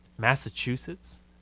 Massachusetts